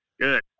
Good